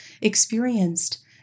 experienced